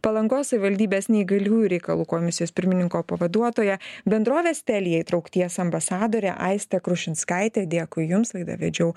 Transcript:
palangos savivaldybės neįgaliųjų reikalų komisijos pirmininko pavaduotoją bendrovės telia įtraukties ambasadorę aistę krušinskaitę dėkui jums laidą vedžiau